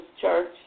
church